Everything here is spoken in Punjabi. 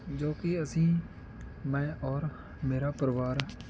ਜੋ ਕਿ ਅਸੀਂ ਮੈਂ ਔਰ ਮੇਰਾ ਪਰਿਵਾਰ